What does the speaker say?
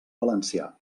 valencià